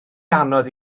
anodd